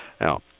Now